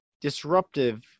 disruptive